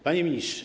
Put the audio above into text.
Panie Ministrze!